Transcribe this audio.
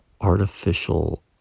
artificial